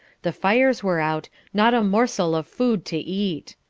the fires were out not a morsel of food to eat.